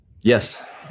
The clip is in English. Yes